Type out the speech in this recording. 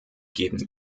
geben